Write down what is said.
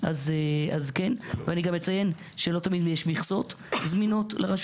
כדי לנסות לראות